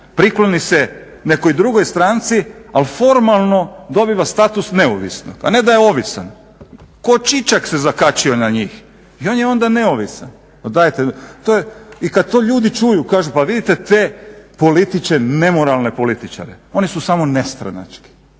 prikloni se nekoj drugoj stranci ali formalno dobiva status neovisnog, a ne da je ovisan. Tko čičak se zakačio na njih i on je onda neovisan. Pa dajte! I kad to ljudi čuju kažu pa vidite te političare nemoralne, oni su samo nestranački.